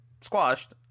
squashed